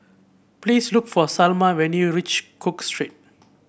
please look for Salma when you reach Cook Street